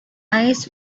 eyes